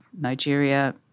Nigeria